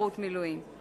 בשירות מילואים.